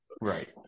right